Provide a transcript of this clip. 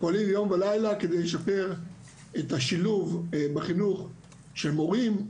פועלים יום ולילה כדי לשפר את השילוב בחינוך של מורים,